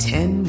Ten